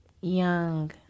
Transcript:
young